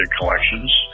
collections